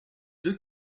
deux